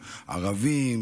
ערבים,